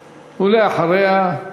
ואחריה,